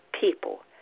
people